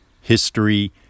history